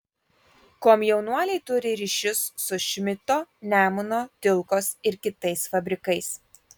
komjaunuoliai turi ryšius su šmidto nemuno tilkos ir kitais fabrikais